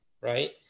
Right